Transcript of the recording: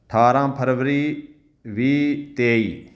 ਅਠਾਰਾਂ ਫ਼ਰਵਰੀ ਵੀਹ ਤੇਈ